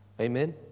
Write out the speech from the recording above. Amen